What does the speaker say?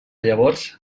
llavors